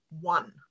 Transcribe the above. one